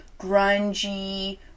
grungy